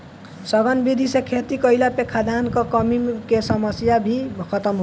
सघन विधि से खेती कईला पे खाद्यान कअ कमी के समस्या भी खतम होई